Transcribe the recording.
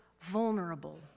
vulnerable